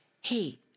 Hey